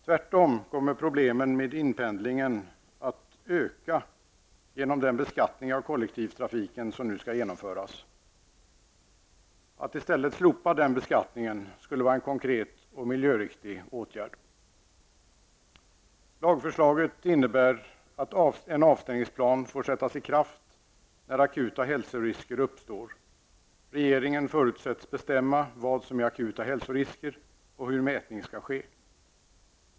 Tvärtom kommer problemen med inpendlingen att öka genom den beskattning av kollektivtrafiken som nu skall genomföras. Att i stället slopa den beskattningen skulle vara en konkret och miljöriktig åtgärd. Lagförslaget innebär att en avstängningsplan får sättas i kraft när akuta hälsorisker uppstår. Regeringen förutsättes bestämma vad som är akuta hälsorisker och hur mätning skall ske.